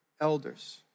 elders